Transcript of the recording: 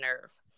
nerve